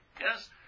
yes